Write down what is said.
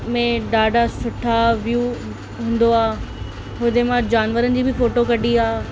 में ॾाढा सुठा व्यू हूंदो आहे हुते मां जानवरनि जी बि फ़ोटो कढी आहे